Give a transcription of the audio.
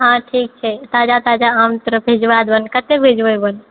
हँ ठीक छै ताजा ताजा आम तोरा भेजबा देबनि कते भेजबेबनि